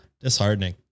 disheartening